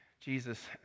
Jesus